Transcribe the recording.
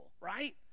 right